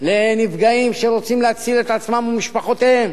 לנפגעים שרוצים להציל את עצמם ומשפחותיהם.